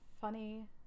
funny